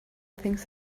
things